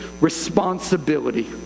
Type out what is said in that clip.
responsibility